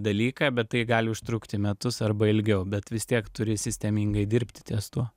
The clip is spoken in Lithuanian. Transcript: dalyką bet tai gali užtrukti metus arba ilgiau bet vis tiek turi sistemingai dirbti ties tuo